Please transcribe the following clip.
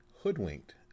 hoodwinked